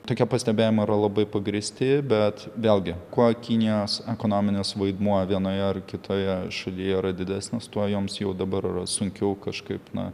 tokie pastebėjimai yra labai pagrįsti bet vėlgi kuo kinijos ekonominis vaidmuo vienoje ar kitoje šalyje yra didesnis tuo joms jau dabar yra sunkiau kažkaip na